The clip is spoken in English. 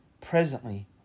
presently